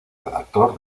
redactor